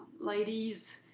ladies,